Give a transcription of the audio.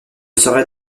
serait